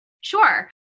Sure